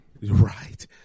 Right